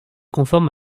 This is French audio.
conforme